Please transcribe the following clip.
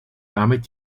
damit